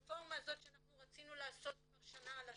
הרפורמה הזאת שאנחנו רצינו לעשות כבר שנה על השולחן,